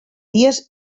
dies